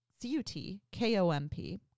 C-U-T-K-O-M-P